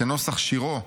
(כנוסח שירו: